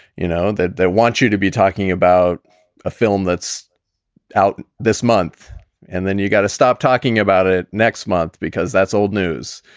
you know that they want you to be talking about a film that's out this month and then you've got to stop talking about it next month because that's old news.